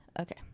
okay